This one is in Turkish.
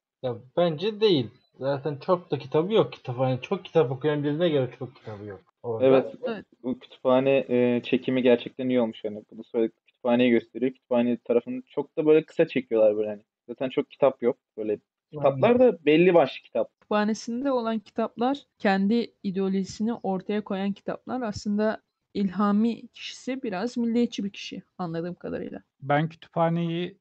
Ya bence değil. Zaten çok da kitabı yok. Kütüphane- çok kitap okuyan birine göre çok kitabı yok. Orada- Evet. Evet. Bu kütüphane, e, çekimi gerçekten iyi olmuş yani. Bu s- böyle kütüphaneyi gösteriyor. Kütüphane tarafını çok da böyle kısa çekiyorlar böyle hani. Zaten çok kitap yok. Böyle kitaplar Aynen. da belli başlı kitap. Kütüphanesinde olan kitaplar, kendi ideolojisini ortaya koyan kitaplar aslında İlhami kişisi biraz milliyetçi bir kişi anladığım kadarıyla. Ben kütüphaneyi-